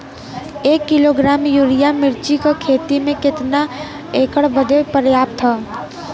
एक kilogram urea मिर्च क खेती में कितना एकड़ बदे पर्याप्त ह?